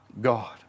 God